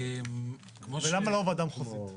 ולמה לא ועדה מחוזית?